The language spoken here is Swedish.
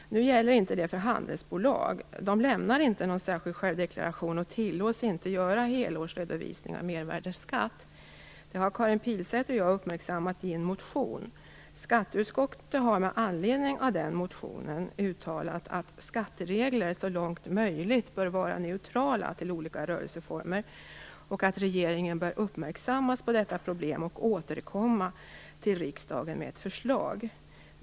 Det gäller inte för handelsbolag. De lämnar inte någon särskild självdeklaration och tillåts inte göra någon helårsredovisning av mervärdesskatt. Det har Karin Pilsäter och jag uppmärksammat i en motion. Skatteutskottet har med anledning av den motionen uttalat att skatteregler så långt som möjligt bör vara neutrala i förhållande till olika rörelseformer och att regeringen bör uppmärksammas på detta problem och återkomma till riksdagen med ett förslag.